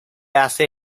hace